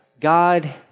God